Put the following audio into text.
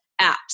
apps